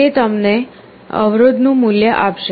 તે તમને અવરોધ નું મૂલ્ય આપશે